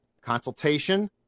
consultation